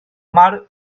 mar